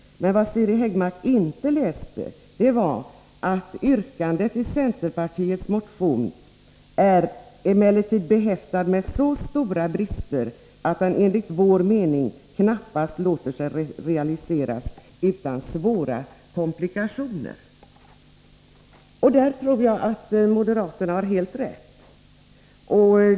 Men vad Siri Häggmark inte läste upp var följande: ”Den i motion 1983/84:100 yrkande 4 föreslagna utformningen är emellertid behäftad med så stora brister, att den enligt vår mening knappast låter sig realiseras utan svåra komplikationer.” Där tror jag moderaterna har helt rätt.